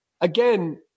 again